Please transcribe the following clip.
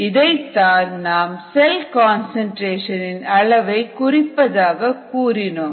இதைத்தான் நாம் cell concentration இன் அளவை குறிப்பதாக கூறினோம்